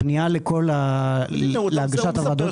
הפנייה להגשה היא דרך ענבל.